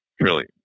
trillion